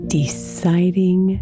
deciding